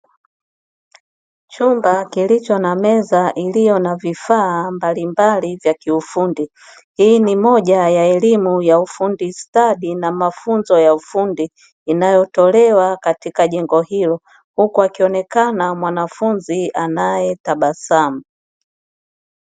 Chumba kilicho na meza iliyo na vifaa mbalimbali vya kiufundi, hii ni moja ya elimu ya ufundi stadi na mafunzo ya ufundi inayotolewa katika jengo hilo huku akionekana mwanafunzi anayetabasamu.